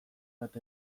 bat